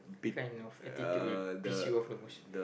kind of attitude will piss you off the most